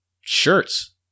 shirts